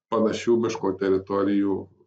panašių miško teritorijų